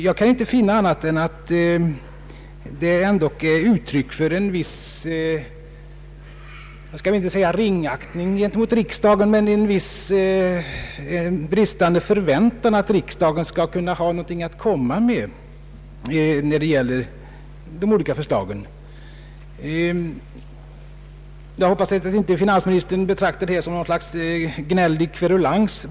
Jag kan inte finna annat än att det ändå är uttryck för en viss, jag vill inte säga ringaktning, mot riksdagen, men en bristande förväntan att riksdagen skall ha något positivt att komma med, när det gäller de olika regeringsförslagen. Jag hoppas att finansministern inte betraktar min kritik som utslag av kverulans.